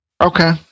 okay